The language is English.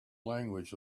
language